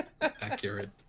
Accurate